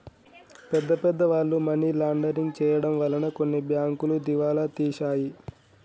పెద్ద పెద్ద వాళ్ళు మనీ లాండరింగ్ చేయడం వలన కొన్ని బ్యాంకులు దివాలా తీశాయి